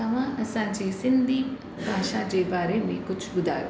तव्हां असांजी सिंधी भाषा जे बारे में कुझु ॿुधायो